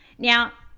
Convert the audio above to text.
now,